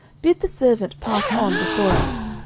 bid the servant pass on before us,